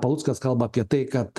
ką paluckas kalba apie tai kad